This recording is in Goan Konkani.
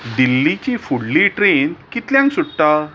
दिल्लीची फुडली ट्रेन कितल्यांक सुट्टा